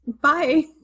Bye